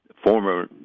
Former